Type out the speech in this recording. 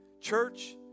Church